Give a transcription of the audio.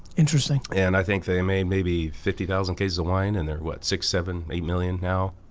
interesting. and i think they made maybe fifty thousand cases of wine, and they're what, six, seven, eight million now?